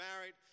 married